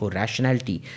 rationality